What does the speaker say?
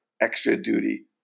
extra-duty